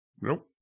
Nope